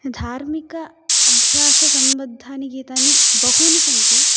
धार्मिकाभ्याससम्बद्धानि गीतानि बहूनि सन्ति